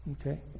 Okay